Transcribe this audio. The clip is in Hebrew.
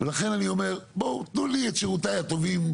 ולכן אני אומר בואו תנו לי את שירותיי הטובים,